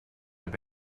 have